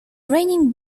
raining